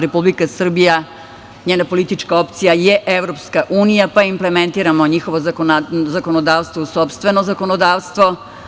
Republika Srbija, njena politička opcija je Evropska unija, pa implementiramo njihovo zakonodavstvo u sopstveno zakonodavstvo.